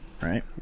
Right